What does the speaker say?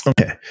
Okay